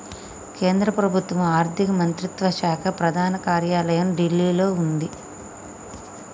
కేంద్ర ప్రభుత్వం ఆర్ధిక మంత్రిత్వ శాఖ ప్రధాన కార్యాలయం ఢిల్లీలో వుంది